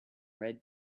red